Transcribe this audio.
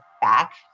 back